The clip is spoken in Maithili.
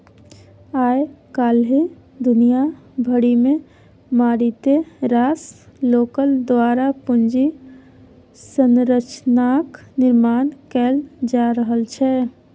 आय काल्हि दुनिया भरिमे मारिते रास लोकक द्वारा पूंजी संरचनाक निर्माण कैल जा रहल छै